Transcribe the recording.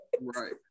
right